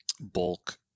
bulk